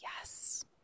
yes